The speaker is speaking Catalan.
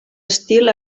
estil